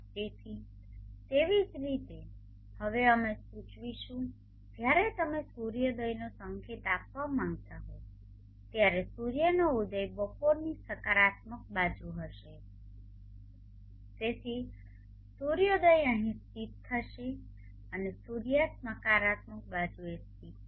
તેથી તેવી જ રીતે અમે હવે સૂચવીશું જ્યારે તમે સૂર્યોદયનો સંકેત આપવા માંગતા હો ત્યારે સૂર્યનો ઉદય બપોરની સકારાત્મક બાજુએ રહેશે તેથી સૂર્યોદય અહીં સ્થિત થશે અને સૂર્યાસ્ત નકારાત્મક બાજુએ સ્થિત થશે